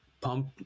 pump